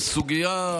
סוגיה,